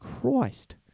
Christ